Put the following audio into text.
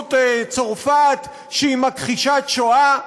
לנשיאות צרפת, שהיא מכחישת שואה.